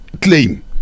claim